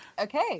okay